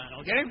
okay